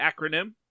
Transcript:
acronym